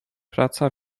praca